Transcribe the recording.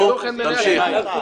למצוא חן בעיני הציבור.